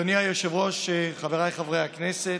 אדוני היושב-ראש, חבריי חברי הכנסת,